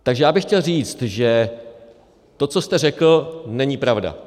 Takže bych chtěl říct, že to, co jste řekl, není pravda.